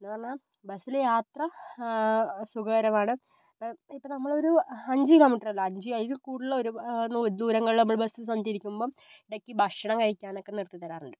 എന്ന് പറഞ്ഞമ്ല് ബസ്സിലെ യാത്ര സുഖകരമാണ് ഇപ്പം നമ്മളൊരു അഞ്ച് കിലോമീറ്റർ അല്ല അഞ്ച് അതിലും കൂടുതൽ ഒരുപാട് ദൂരങ്ങൾ നമ്മൾ ബസ്സിൽ സഞ്ചരിക്കുമ്പം ഇടയ്ക്ക് ഭക്ഷണം കഴിക്കാൻ ഒക്കെ നിർത്തി തരാറുണ്ട്